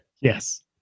Yes